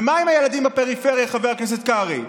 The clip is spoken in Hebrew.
ומה עם הילדים בפריפריה, חבר הכנסת קרעי?